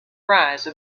rise